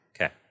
Okay